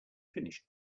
finished